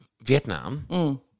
Vietnam